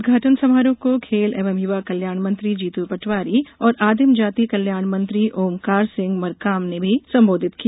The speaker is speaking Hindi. उद्घाटन समारोह को खेल एवं युवा कल्याण मंत्री जीतू पटवारी और आदिम जाति कल्याण मंत्री ओमकार सिंह मरकाम ने भी संबोधित किया